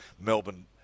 Melbourne